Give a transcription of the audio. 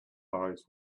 eyes